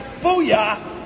Booyah